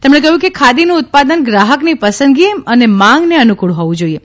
તેમણે કહ્યું કે ખાદીનું ઉત્પાદન ગ્રાહકની પસંદગી ત્ ને માંગને ૈ નુકૃળ હોવું જોઇએ